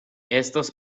estos